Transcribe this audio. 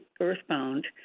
earthbound